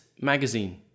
Magazine